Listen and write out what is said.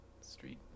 Street